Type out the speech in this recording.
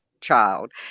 child